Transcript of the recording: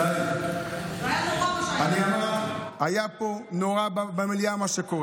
זה היה נורא, מה שהיה